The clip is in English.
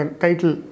title